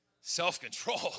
Self-control